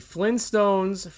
Flintstones